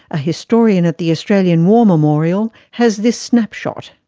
a historian at the australian war memorial, has this snapshot.